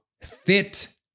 fit